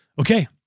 Okay